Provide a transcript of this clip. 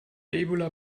ebola